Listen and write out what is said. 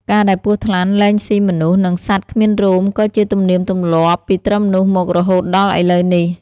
ការដែលពស់ថ្លាន់លែងស៊ីមនុស្ស និងសត្វគ្មានរោមក៏ជាទំនៀម ទំលាប់ពីត្រឹមនោះមករហូតដល់ឥឡូវនេះ ។